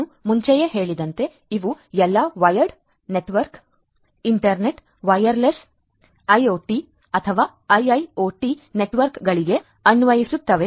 ನಾನು ಮುಂಚೆಯೇ ಹೇಳಿದಂತೆ ಇವು ಎಲ್ಲಾ ರೀತಿಯ ವೈರ್ಡ್ ಇಂಟರ್ನೆಟ್ ವೈರ್ಲೆಸ್ ಐಒಟಿ ಅಥವಾ ಐಐಒಟಿ ನೆಟ್ವರ್ಕ್ ಗಳಿಗೆ ಅನ್ವಯಿಸುತ್ತವೆ